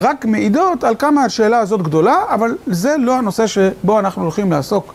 רק מעידות על כמה השאלה הזאת גדולה, אבל זה לא הנושא שבו אנחנו הולכים לעסוק.